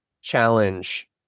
challenge